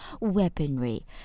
weaponry